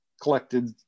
collected